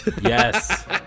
Yes